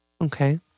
Okay